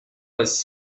was